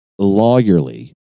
lawyerly